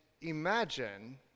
imagine